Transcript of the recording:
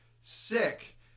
sick